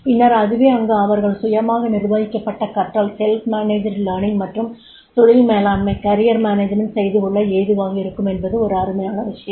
பின்னர் அதுவே அங்கு அவர்கள் சுயமாய் நிர்வகிக்கப்பட்ட கற்றல் மற்றும் தொழில் மேலாண்மை செய்துகொள்ள ஏதுவாக இருக்கும் என்பது ஒரு அருமையான விஷயம்